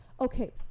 okay